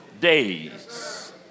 days